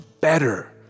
better